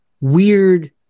weird